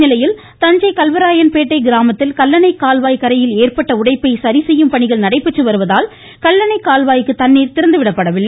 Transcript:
இந்நிலையில் தஞ்சை கல்விராயன் பேட்டை கிராமத்தில் கல்லணை கால்வாய் கரையில் ஏற்பட்ட உடைப்பை சரிசெய்யும் பணிகள் நடைபெற்று வருவதால் கல்லணை கால்வாய்க்கு தண்ணீர் திறந்துவிடப்படவில்லை